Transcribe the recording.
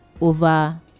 over